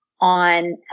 on